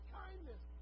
kindness